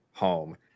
home